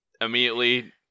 Immediately